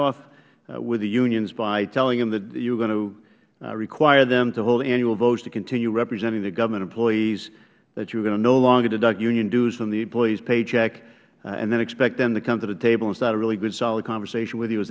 off with the unions by telling them that you were going to require them to hold annual votes to continue representing the government employees that you were going to no longer deduct union dues from the employees paycheck and then expect them to come to the table and start a really good solid conversation with you is